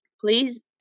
Please